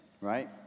right